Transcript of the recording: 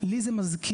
לי זה מזכיר,